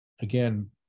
again